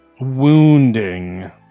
wounding